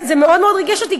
זה מאוד מאוד ריגש אותי.